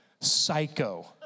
psycho